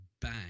bang